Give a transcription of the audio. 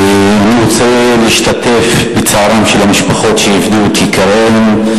אני רוצה להשתתף בצערן של המשפחות שאיבדו את יקיריהן,